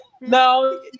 No